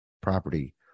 property